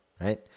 right